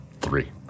three